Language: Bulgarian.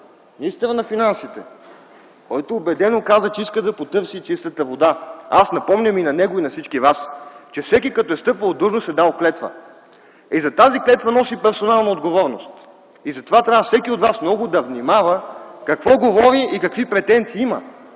министърът на финансите, който убедено каза, че иска да потърси чистата вода, аз напомням и на него и на всички вас, че всеки като е встъпвал в длъжност е дал клетва и за тази клетва носи персонална отговорност. Затова трябва всеки от вас много да внимава какво говори и какви претенции има,